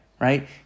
Right